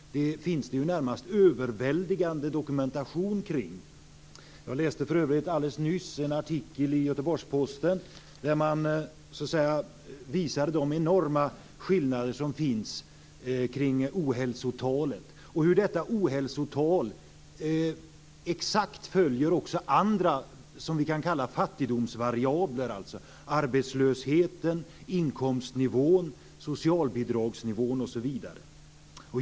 Detta finns det en närmast överväldigande dokumentation kring. Jag läste nyss en artikel i Göteborgs-Posten där man visade de enorma skillnader som finns kring ohälsotalet och hur detta ohälsotal exakt följer andra fattigdomsvariabler, som vi kan kalla dem - arbetslösheten, inkomstnivån, socialbidragsnivån osv.